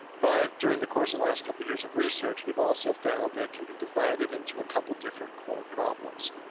but during the course of the last couple of years of research, we've also found that it can be divided into a couple of different core problems.